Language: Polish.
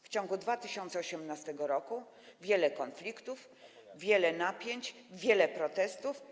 W ciągu 2018 r. było wiele konfliktów, wiele napięć, wiele protestów.